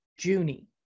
Junie